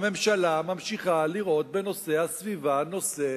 הממשלה ממשיכה לראות בנושא הסביבה נושא